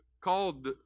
called